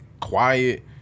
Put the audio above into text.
quiet